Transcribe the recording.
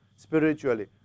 spiritually